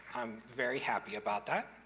i'm very happy about that,